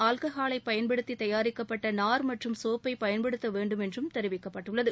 ஆல்கஹாலை பயன்படுத்தி தயாரிக்கப்பட்ட நார் மற்றம் சோப்பை பயன்படுத்த வேண்டும் என்றும் தெரிவிக்கப்பட்டுள்ளது